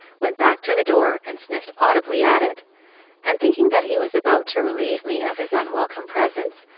went back to the door and sniffed audibly at it and thinking that he was about to relieve me of his unwelcome presence,